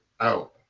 out